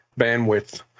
bandwidth